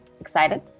excited